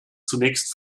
zunächst